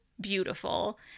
beautiful